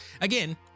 again